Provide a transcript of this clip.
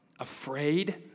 Afraid